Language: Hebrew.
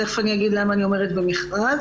תיכף אגיד למה אני אומרת שזה במכרז,